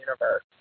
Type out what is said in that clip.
universe